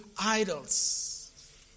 idols